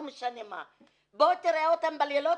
לא משנה מאיפה בוא תראה אותם בלילות,